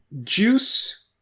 juice